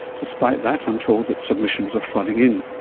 despite that, i'm told that submissions are flooding in.